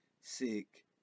sick